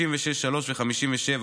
56(3) ו-57,